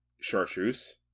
Chartreuse